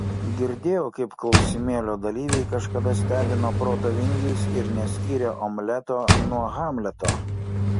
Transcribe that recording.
girdėjau kaip klausimėlio dalyviai kažkada stebino proto vingiais ir neskyrė omleto nuo hamleto